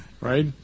right